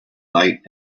light